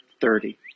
thirty